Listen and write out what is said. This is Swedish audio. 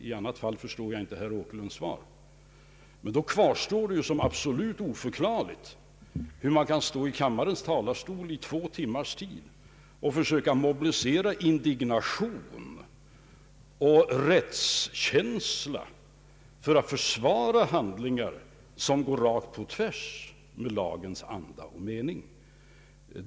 I annat fall förstår jag inte herr Åkerlunds svar. Men då kvarstår det som absolut outgrundligt hur man kan stå i kammarens talarstol i två timmars tid och försöka mobilisera indignation och rättskänsla för att försvara handlingar som går rakt på tvärs mot lagens anda och mening.